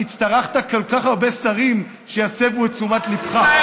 הצטרכת כל כך הרבה שרים שיסבו את תשומת ליבך.